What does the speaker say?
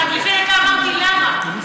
דקה אמרתי: למה, למה?